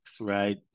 right